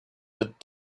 that